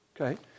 Okay